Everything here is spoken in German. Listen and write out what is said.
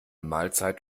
mahlzeit